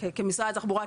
כמשרד התחבורה,